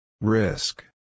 Risk